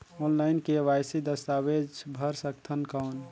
Online KYC दस्तावेज भर सकथन कौन?